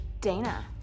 Dana